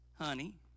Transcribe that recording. honey